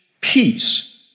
peace